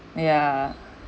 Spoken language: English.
yeah